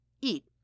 Eat